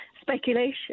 speculation